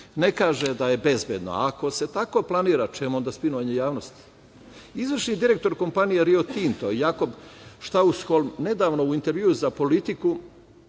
ne kaže da je bezbedno. Ako se tako planira, čemu onda spinovanje javnosti? Izvršni direktor kompanije Rio Tinto Jakob Štausholm nedavno u intervjuu za „Politiku“